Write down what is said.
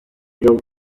jong